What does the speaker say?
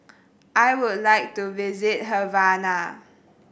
I would like to visit Havana